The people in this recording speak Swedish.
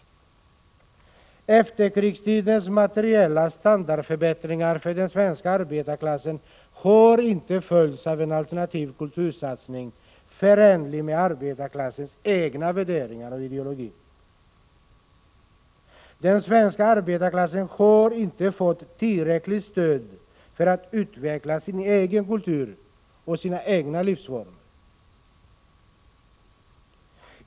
Efterkrigstidens materiella standardförbättringar för den svenska arbetarklassen har inte följts av en alternativ kultursatsning förenlig med arbetarklassens egna värderingar och ideologi. Den svenska arbetarklassen har inte fått tillräckligt stöd för att utveckla sin egen kultur och sina egna livsformer.